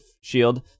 Shield